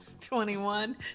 21